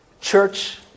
church